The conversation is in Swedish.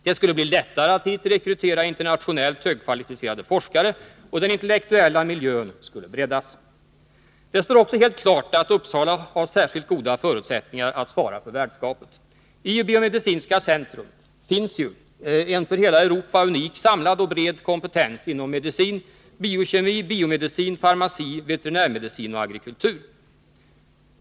Det skulle bli lättare att hit rekrytera internationellt högkvalificerade forskare och den intellektuella miljön skulle breddas. Det står också helt klart att Uppsala har särskilt goda förutsättningar att svara för värdskapet. I biomedicinska centrum — BMC i Uppsala finns ju en för hela Europa unik samlad och bred kompetens inom medicin, biokemi, biomedicin, farmaci, veterinärmedicin och agrikultur.